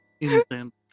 intent